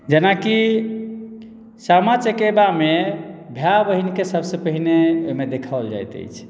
जेनाकि सामा चकेवामे भाय बहिनकेँ सभसॅं पहिने एहिमे देखाओल जाइत अछि